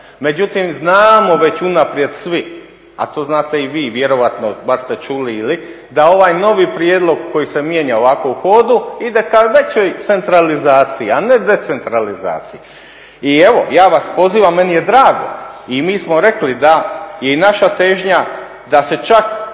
Međutim, znamo već unaprijed svi, a to znate i vi vjerojatno bar ste čuli da ovaj novi prijedlog koji se mijenja ovako u hodu ide ka većoj centralizaciji, a ne decentralizaciji. I evo, ja vas pozivam, meni je drago i mi smo rekli da i naša težnja da se čak